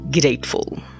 grateful